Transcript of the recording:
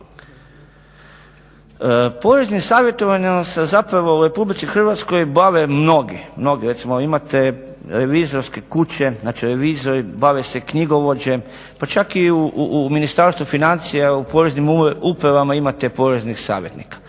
Poreznim savjetovanjem se zapravo u Republici Hrvatskoj bave mnogi. Recimo imate revizorske kuće, znači revizori, bave se knjigovođe, pa čak i u Ministarstvu financija u poreznim upravama imate poreznih savjetnika.